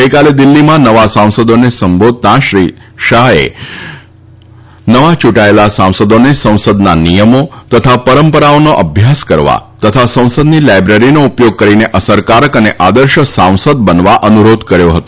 ગઈકાલે દિલ્ફીમાં નવા સાંસદોને સંબોધતા શ્રી શાહે નવા સાંસદોને સંસદના નિયમો તથા પરંપરાઓનો અભ્યાસ કરવા તથા સંસદની લાયબ્રેરીનો ઉપયોગ કરીને અસરકારક અને આદર્શ સાંસદ બનવા અનુરોધ કર્યો હતો